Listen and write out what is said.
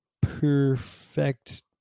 Perfect